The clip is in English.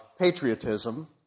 patriotism